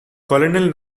colonel